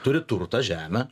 turi turtą žemę